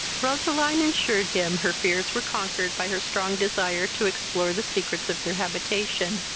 roseline assured him her fears were conquered by her strong desire to explore the secrets of their habitation,